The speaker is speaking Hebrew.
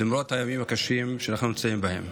למרות הימים הקשים שאנחנו נמצאים בהם.